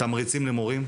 תמריצים למורים,